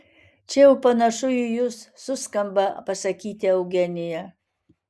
čia jau panašu į jus suskumba pasakyti eugenija